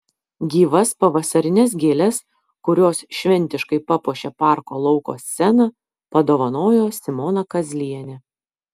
gyvas pavasarines gėles kurios šventiškai papuošė parko lauko sceną padovanojo simona kazlienė